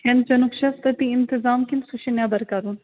کھٮ۪ن چٮ۪نُک چھُ حَظ تتی اِنتظام کِنہٕ سُہ چھُ نٮ۪بر کَرُن